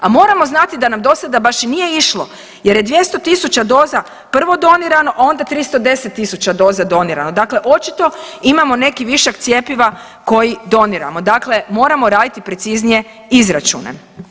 A moramo znati da nam do sada baš i nije išlo jer je 200.000 doza prvo donirano, a onda 310.000 doza donirano, dakle očito imamo neki višak cjepiva koji doniramo, dakle moramo raditi preciznije izračune.